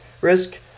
risk